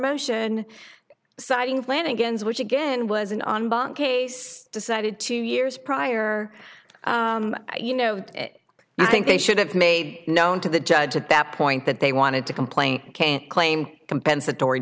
motion citing flanagan's which again was an on bank case decided to years prior you know i think they should have made known to the judge at that point that they wanted to complaint can't claim compensatory